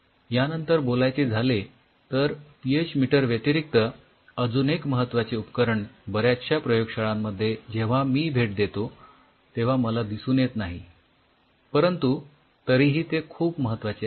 यानंतर बोलायचे झाले तर पीएच मीटर व्यतिरिक्त अजून एक महत्वाचे उपकरण बऱ्याचशा प्रयोगशाळांमध्ये जेव्हा मी भेट देतो तेव्हा मला दिसून येत नाही परंतु तरीही ते खूप महत्वाचे आहे